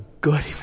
good